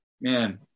man